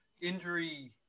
injury